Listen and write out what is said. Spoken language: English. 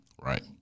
Right